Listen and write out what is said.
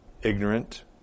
ignorant